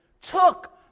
took